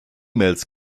mails